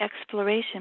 exploration